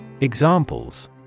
Examples